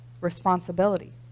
responsibility